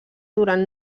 durant